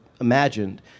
imagined